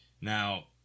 Now